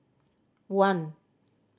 one